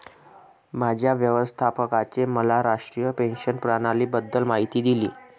माझ्या व्यवस्थापकाने मला राष्ट्रीय पेन्शन प्रणालीबद्दल माहिती दिली